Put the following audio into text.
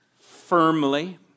firmly